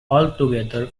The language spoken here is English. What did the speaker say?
altogether